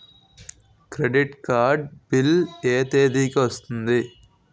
Credit card bill ఎ తేదీ కి వస్తుంది?